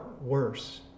worse